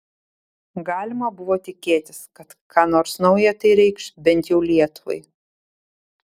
galima buvo tikėtis kad ką nors nauja tai reikš bent jau lietuvai